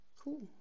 Cool